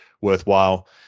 worthwhile